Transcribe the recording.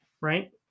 right